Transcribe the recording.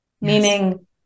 meaning